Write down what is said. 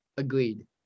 Agreed